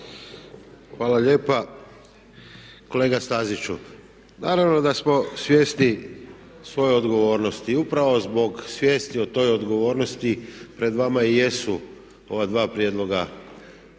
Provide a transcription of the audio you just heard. Hvala lijepa. Kolega Staziću, naravno da smo svjesni svoje odgovornosti. I upravo zbog svijesti o toj odgovornosti pred vama i jesu ova dva prijedloga